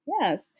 Yes